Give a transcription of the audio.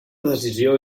decisió